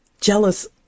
jealous